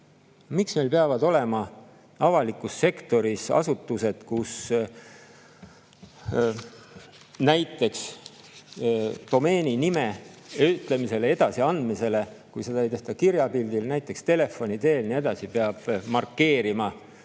Miks meil peavad olema avalikus sektoris asutused, kus näiteks domeeninime ütlemisel ja edasiandmisel, kui seda ei tehta kirjapildis, vaid näiteks telefoni teel, peab markeerima